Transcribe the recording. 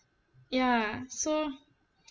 ya so